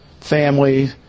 family